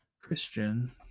Christian